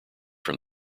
from